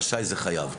רשאי זה חייב.